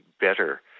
better